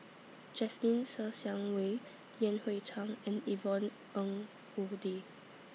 Jasmine Ser Xiang Wei Yan Hui Chang and Yvonne Ng Uhde